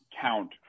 count